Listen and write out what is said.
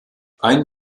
ein